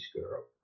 girl